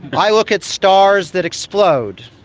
but i look at stars that explode,